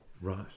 Right